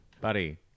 buddy